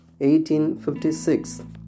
1856